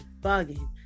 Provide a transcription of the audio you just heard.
bugging